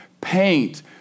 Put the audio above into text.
paint